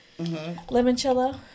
Limoncello